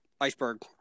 iceberg